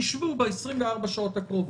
יישבו ב-24 השעות הקרובות,